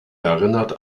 erinnert